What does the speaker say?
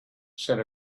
said